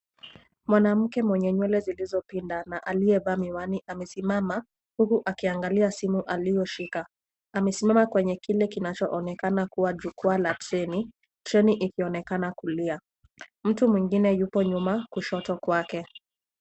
Mwanamke mwenye nywele zilizopinda na aliyevaa miwani amesimama huku akiangalia simu aliyoshika, amesimama kwenye kile kinachoonekana kuwa jukwaa la chini treni ikionekana kulia. Mtu mwingine yupo nyuma kushoto kwake.